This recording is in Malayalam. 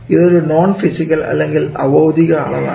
ഇതൊരു നോൺ ഫിസിക്കൽ അല്ലെങ്കിൽ അഭൌതിക അളവാണ്